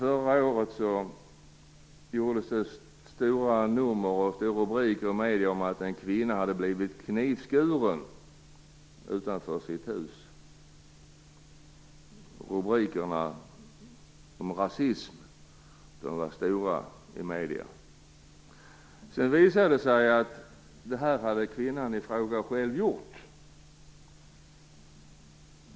Förra året blev det stora rubriker i medierna om att en kvinna hade blivit knivskuren utanför sitt hus. Rubrikerna om rasism var stora i medierna. Sedan visade det sig att kvinnan i fråga hade gjort det själv.